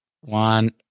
one